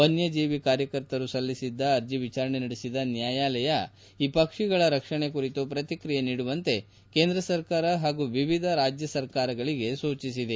ವನ್ಲಜೀವಿ ಕಾರ್ಯಕರ್ತರು ಸಲ್ಲಿಸಿದ ಅರ್ಜಿ ವಿಚಾರಣೆ ನಡೆಸಿದ ನ್ಲಾಯಾಲಯ ಈ ಪಕ್ಷಿಗಳ ರಕ್ಷಣೆ ಕುರಿತು ಪ್ರತಿಕ್ರಿಯೆ ನೀಡುವಂತೆ ಕೇಂದ್ರ ಸರ್ಕಾರ ಹಾಗೂ ವಿವಿಧ ರಾಜ್ಯ ಸರ್ಕಾರಗಳಿಗೆ ಸೂಚಿಸಿದೆ